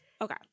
Okay